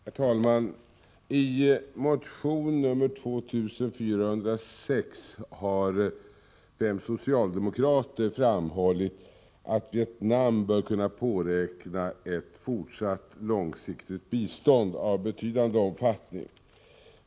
Herr talman! I motion nr 2406 har fem socialdemokrater framhållit att Vietnam bör kunna påräkna ett fortsatt långsiktigt bistånd av betydande omfattning.